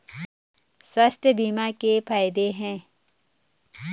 स्वास्थ्य बीमा के फायदे हैं?